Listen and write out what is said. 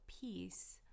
peace